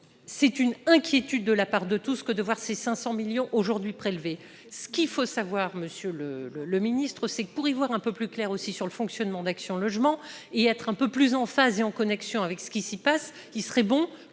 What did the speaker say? c'est une inquiétude de la part de tous ceux que de voir ces 500 millions aujourd'hui prélevé ce qu'il faut savoir Monsieur le le le ministre, c'est que, pour y voir un peu plus clair aussi sur le fonctionnement d'Action Logement et être un peu plus en phase et en connexion avec ce qui s'y passe, qu'il serait bon